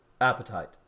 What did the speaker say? Appetite